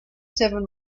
seven